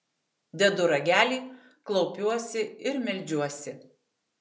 dedu ragelį klaupiuosi ir meldžiuosi